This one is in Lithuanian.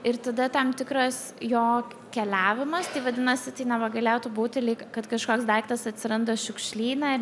ir tada tam tikras jo keliavimas tai vadinasi tai neva galėtų būti lyg kad kažkoks daiktas atsiranda šiukšlyne ir